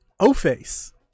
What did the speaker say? O-Face